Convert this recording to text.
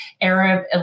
Arab